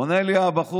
עונה לי הבחור,